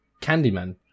Candyman